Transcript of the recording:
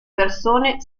persone